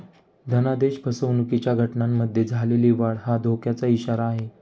धनादेश फसवणुकीच्या घटनांमध्ये झालेली वाढ हा धोक्याचा इशारा आहे